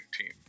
team